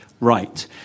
Right